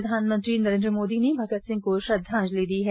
प्रधानमंत्री नरेन्द्र मोदी ने भगत सिंह को श्रद्वाजंलि दी है